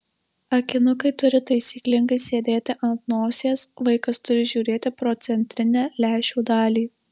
akinukai turi taisyklingai sėdėti ant nosies vaikas turi žiūrėti pro centrinę lęšių dalį